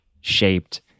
shaped